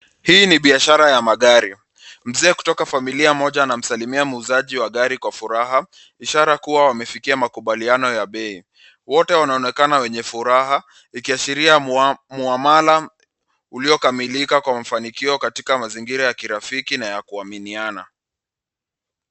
Hii ni biashara ya magari. Mzee kutoka familia moja anamsalimia muuzaji wa gari kwa furaha ishara kuwa wamefikia makubaliano bei. Wote wanaonekana wenye furaha ikiashiria muhamalam uliokamilika kwa mafanikio katika mazingira ya kirafiki na ya kuaminiana.